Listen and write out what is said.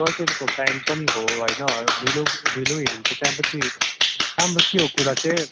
toy ट्रेनको time पनि हो होइन ढिलो ढिलो हिनिन्छ त्यहाँपछि राम्रो के हो कुरा चाहिँ